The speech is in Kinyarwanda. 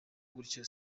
gutyo